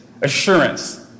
assurance